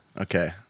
Okay